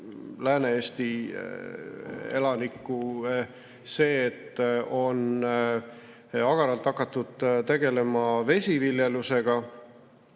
Lääne-Eesti elanikku see, et agaralt on hakatud tegelema vesiviljelusega,